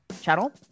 channel